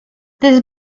this